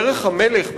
דרך המלך,